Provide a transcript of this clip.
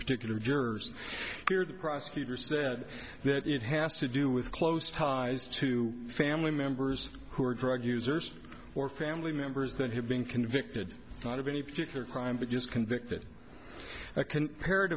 particular jurors the prosecutor said that it has to do with close ties to family members who are drug users or family members that have been convicted not of any particular crime but just convicted